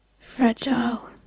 fragile